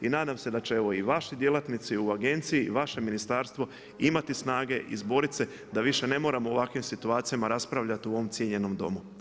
I nadam se da će evo i vaši djelatnici u agenciji i vaše ministarstvo imati snage izboriti se da više ne moramo o ovakvim situacijama raspravljati u ovom cijenjenom domu.